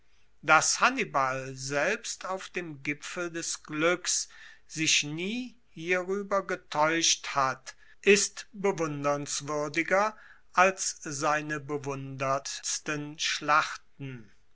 dass hannibal selbst auf dem gipfel des gluecks sich nie hierueber getaeuscht hat ist bewunderungswuerdiger als seine bewundertsten schlachten